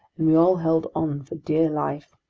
and we all held on for dear life.